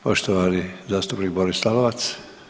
poštovani zastupnik Boris Lalovac.